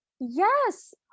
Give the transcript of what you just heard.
Yes